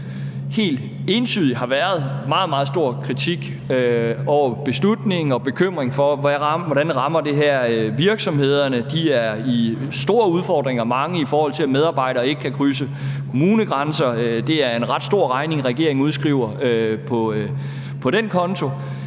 helt entydigt været en meget, meget stor kritik af beslutningen, og der har været bekymring for, hvordan det her rammer virksomhederne. De har store udfordringer, i forhold til at mange medarbejdere ikke kan krydse kommunegrænser. Det er en ret stor regning, regeringen udskriver på den konto.